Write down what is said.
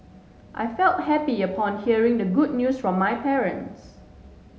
I felt happy upon hearing the good news from my parents